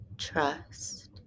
trust